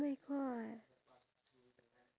at the hotel